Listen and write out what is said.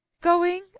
Going